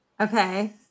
Okay